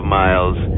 miles